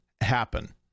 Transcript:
happen